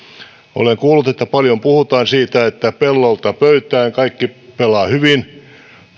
olen kuullut että paljon puhutaan siitä että pellolta pöytään kaikki pelaa hyvin